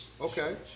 Okay